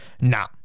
Nah